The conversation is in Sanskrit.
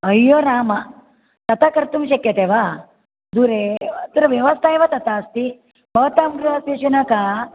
अय्यो राम तथा कर्तुं शक्यते वा दूरे एव अत्र व्यवस्था एव तथा अस्ति भवतां गृहस्य शुनकः